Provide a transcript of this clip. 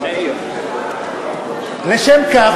לשם כך,